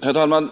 Herr talman!